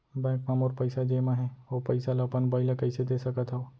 Bank म मोर पइसा जेमा हे, ओ पइसा ला अपन बाई ला कइसे दे सकत हव?